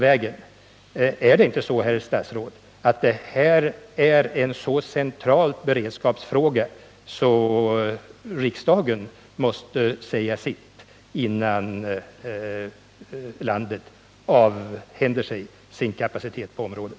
Är inte detta, herr statsråd, en så central beredskapsfråga att riksdagen måste få säga sitt, innan landet avhänder sig sin kapacitet på området?